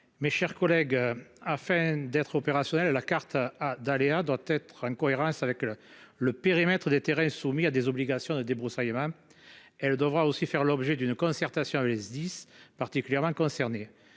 Mes chers collègues. Afin d'être opérationnel. La carte ah d'aléas doit être une cohérence avec le le périmètre des terrains soumis à des obligations de débroussaillement. Elle devra aussi faire l'objet d'une concertation avec les SDIS particulièrement concernés.